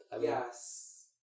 Yes